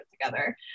together